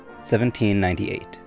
1798